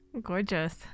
gorgeous